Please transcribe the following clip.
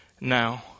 now